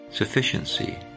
Sufficiency